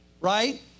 right